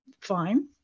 fine